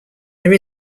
there